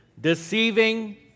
Deceiving